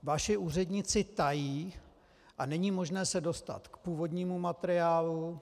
Vaši úředníci tají a není možné se dostat k původnímu materiálu.